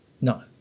No